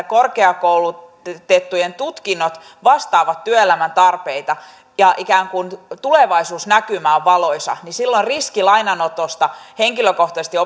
korkeakoulutettujen tutkinnot vastaavat työelämän tarpeita ja ikään kuin tulevaisuusnäkymä on valoisa niin silloin riski lainanotosta henkilökohtaisesti